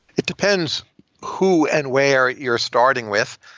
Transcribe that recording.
it depends who and where you're starting with,